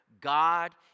God